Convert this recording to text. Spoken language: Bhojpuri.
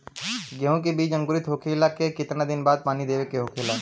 गेहूँ के बिज अंकुरित होखेला के कितना दिन बाद पानी देवे के होखेला?